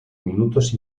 minutos